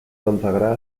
consagrada